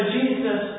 Jesus